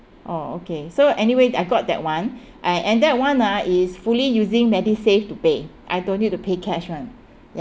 orh okay so anyway I got that one uh and that one ah is fully using medisave to pay I don't need to pay cash one